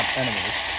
enemies